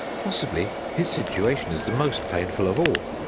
possibly his situation is the most painful of all.